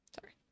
Sorry